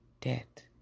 debt